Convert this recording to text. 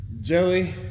Joey